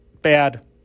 Bad